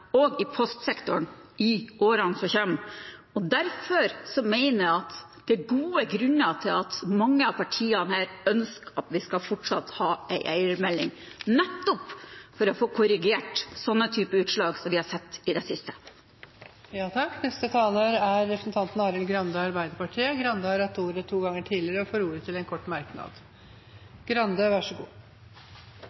i postsektoren i årene som kommer, og derfor mener jeg at det er gode grunner til at mange av partiene her ønsker at vi fortsatt skal ha en eiermelding, nettopp for å få korrigert sånne typer utslag som vi har sett i det siste. Representanten Arild Grande har hatt ordet to ganger tidligere og får ordet til en kort merknad,